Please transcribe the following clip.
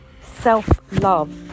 self-love